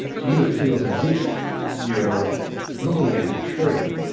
to you it feels as if you're looking at a tree.